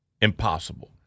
impossible